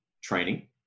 training